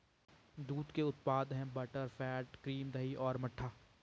दूध के उत्पाद हैं बटरफैट, क्रीम, दही और मट्ठा